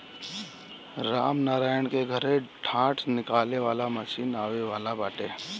रामनारायण के घरे डाँठ निकाले वाला मशीन आवे वाला बाटे